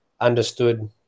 understood